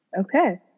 Okay